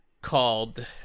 called